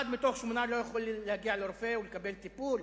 אחד מתוך שמונה לא יכול להגיע לרופא ולקבל טיפול,